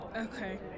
okay